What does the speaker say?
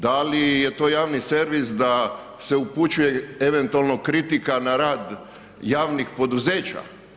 Da li je to javni servis da se upućuje eventualno kritika na rad javnih poduzeća?